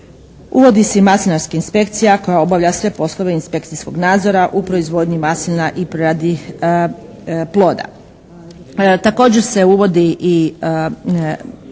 uvodi se i maslinarska inspekcija koja obavlja sve poslove inspekcijskog nadzora u proizvodnji maslina i preradi ploda.